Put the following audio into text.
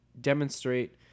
demonstrate